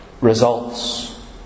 results